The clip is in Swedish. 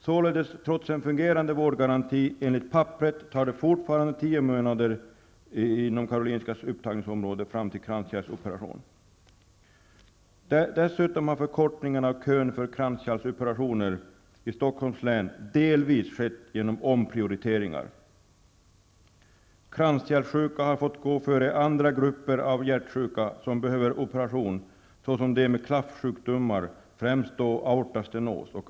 Trots en fungerande vårdgaranti enligt papperet tar det fortfarande, inom Karolinskas upptagningsområde, tio månader fram till kranskärlsoperation. Dessutom har förkortningen av kön för kranskärlsoperationer i Stockholms län delvis skett genom omprioriteringar. Kranskärlssjuka har fått gå före andra grupper av hjärtsjuka som behöver operation, såsom personer med klaffsjukdomar, främst aortastenos.